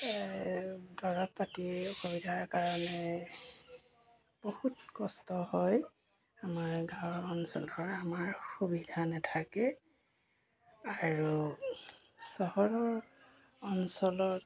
দৰৱ পাতিৰ অসুবিধাৰ কাৰণে বহুত কষ্ট হয় আমাৰ গাঁৱৰ অঞ্চলৰ আমাৰ সুবিধা নাথাকে আৰু চহৰৰ অঞ্চলত